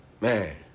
Man